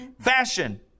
Fashion